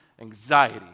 anxiety